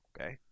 Okay